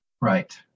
Right